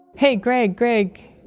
hey, greg! greg!